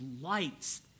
lights